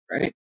Right